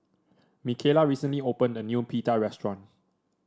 Mikaela recently opened a new Pita restaurant